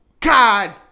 god